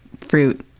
fruit